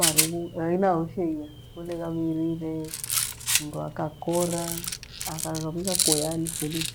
marughu aina yoyoshe iya, kole ghavirire, mru akaghakora akaghavika kuya nifurie.